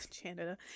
Canada